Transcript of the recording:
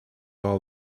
all